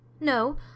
No